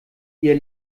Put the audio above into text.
ihr